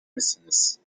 misiniz